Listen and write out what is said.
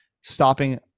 stopping